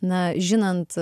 na žinant